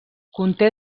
conté